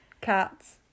Cats